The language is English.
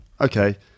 okay